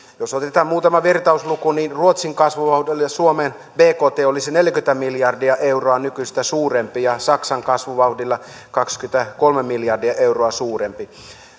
jos otetaan muutama vertausluku niin ruotsin kasvuvauhdilla suomen bkt olisi neljäkymmentä miljardia euroa nykyistä suurempi ja saksan kasvuvauhdilla kaksikymmentäkolme miljardia euroa suurempi